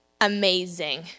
amazing